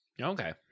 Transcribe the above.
Okay